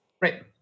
right